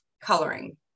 coloring